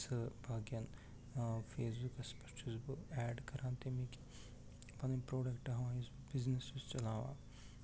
سٔہ باقِیَن فیس بُکَس پٮ۪ٹھ چھُس بہٕ ایٚڈ کران تٔمِکۍ پَنٛنۍ پروڈکٹ ہاوان یُس بہٕ بِزنِس چھُس چلاوان